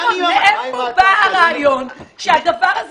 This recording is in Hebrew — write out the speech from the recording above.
מאיפה בא הרעיון שהדבר הזה,